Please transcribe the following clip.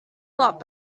lot